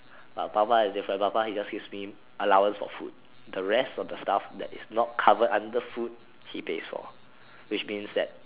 but papa is different papa he just gives me allowance for food the rest of the stuff that is not covered under food he pays for which means that